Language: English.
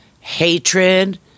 hatred